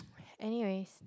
anyways